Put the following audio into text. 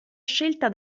scelta